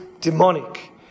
demonic